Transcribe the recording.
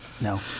No